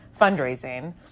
Fundraising